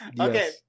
Okay